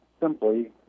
simply